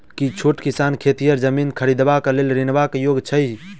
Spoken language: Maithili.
की छोट किसान खेतिहर जमीन खरिदबाक लेल ऋणक योग्य होइ छै?